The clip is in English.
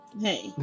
hey